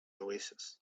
oasis